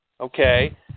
Okay